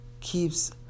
keeps